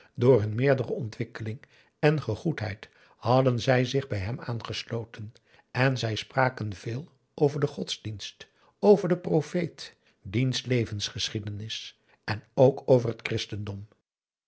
door hun meerdere ontwikkeling en gegoedheid hadden zij zich bij hem aangesloten en zij spraken veel over den godsdienst over den profeet diens levensgeschiedenis en ook over het christendom